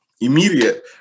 immediate